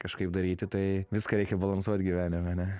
kažkaip daryti tai viską reikia balansuot gyvenime ane